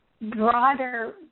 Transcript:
broader